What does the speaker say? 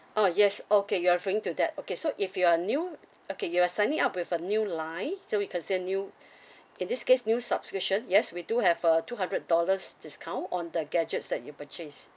orh yes okay you're referring to that okay so if you are new okay you are signing up with a new line so will consider new in this case new subscription yes we do have a two hundred dollars discount on the gadgets that you purchase